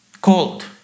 cold